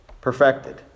perfected